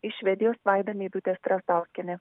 iš švedijos vaida meidutė strazdauskienė